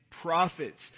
prophets